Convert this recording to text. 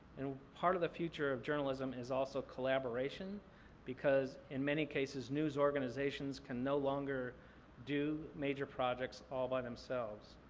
and part of the future of journalism is also collaboration because in many cases, news organizations can no longer do major projects all by themselves.